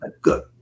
Good